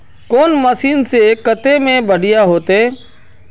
कौन मशीन से कते में बढ़िया होते है?